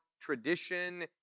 tradition